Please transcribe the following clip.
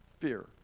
fear